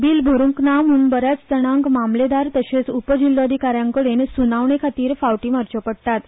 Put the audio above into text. बिल भरूंक ना म्हूण बच्याच जाणाक मामलेदार तशेच उपजिल्होधिकाऱ्यांकडेन सुनावणे खातीर फावटी मारच्यो पडटा